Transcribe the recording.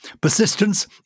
Persistence